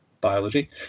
biology